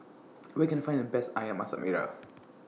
Where Can I Find The Best Ayam Masak Merah